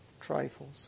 trifles